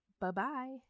Bye-bye